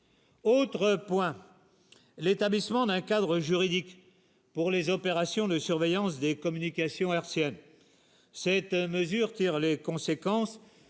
Autre point : l'établissement d'un cadre juridique pour les opérations de surveillance des communications RCN cette mesure tire les conséquences